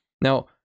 Now